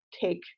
take